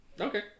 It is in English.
Okay